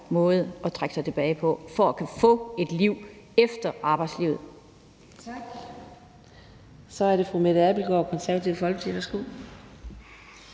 måde at trække sig tilbage på for at kunne få et liv efter arbejdslivet.